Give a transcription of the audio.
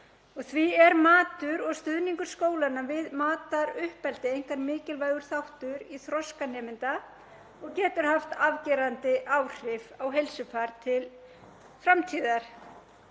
Því er matur og stuðningur skólanna við mataruppeldi einkar mikilvægur þáttur í þroska nemenda og getur haft afgerandi áhrif á heilsufar til framtíðar.